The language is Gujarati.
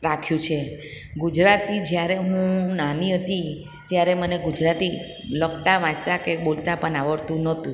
રાખ્યું છે ગુજરાતી જ્યારે હું નાની હતી ત્યારે મને ગુજરાતી લખતા વાંચતાં કે બોલતા પણ આવડતું નહોતું